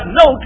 no